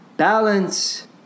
Balance